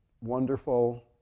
wonderful